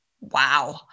Wow